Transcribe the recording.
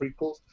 prequels